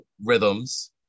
rhythms